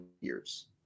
years